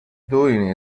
doing